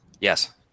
yes